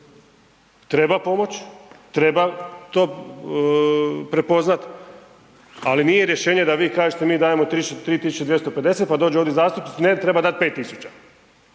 treba pomoć, treba to prepoznat, ali nije rješenje da vi kažete mi dajemo 3.250 pa dođu ovdje zastupnici ne treba dati 5.000